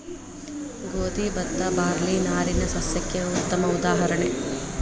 ಗೋದಿ ಬತ್ತಾ ಬಾರ್ಲಿ ನಾರಿನ ಸಸ್ಯಕ್ಕೆ ಉತ್ತಮ ಉದಾಹರಣೆ